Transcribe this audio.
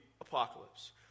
Apocalypse